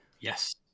yes